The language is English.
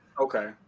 Okay